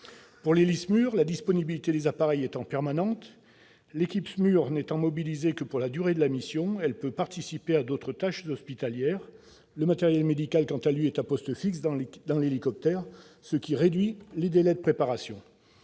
les Héli-SMUR, la disponibilité des appareils étant permanente, l'équipe SMUR n'étant mobilisée que pour la durée de la mission, elle peut participer à d'autres tâches hospitalières ; le matériel médical, quant à lui, est à poste fixe dans l'hélicoptère, ce qui réduit les délais de préparation.